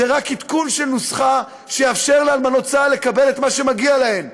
זה רק עדכון של נוסחה שיאפשר לאלמנות צה"ל לקבל את מה שמגיע להן,